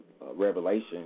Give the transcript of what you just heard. revelation